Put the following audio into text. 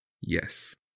Yes